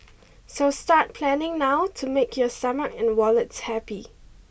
so start planning now to make your stomach and wallets happy